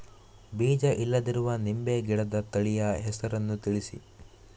ಬೀಜ ಇಲ್ಲದಿರುವ ನಿಂಬೆ ಗಿಡದ ತಳಿಯ ಹೆಸರನ್ನು ತಿಳಿಸಿ?